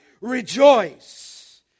rejoice